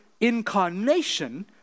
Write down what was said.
incarnation